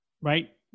right